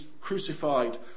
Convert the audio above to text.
crucified